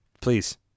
Please